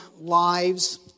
lives